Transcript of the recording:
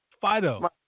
Fido